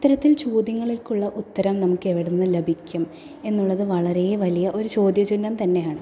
ഇത്തരത്തിൽ ചോദ്യങ്ങൾക്കുള്ള ഉത്തരം നമുക്ക് എവിടെ നിന്ന് ലഭിക്കും എന്നുള്ളത് വളരെ വലിയ ഒരു ചോദ്യച്ചിഹ്നം തന്നെയാണ്